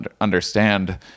understand